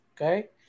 Okay